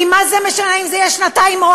כי מה זה משנה אם זה יהיה שנתיים או